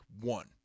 one